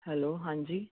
hello ਹਾਂਜੀ